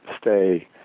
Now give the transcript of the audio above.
stay